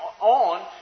on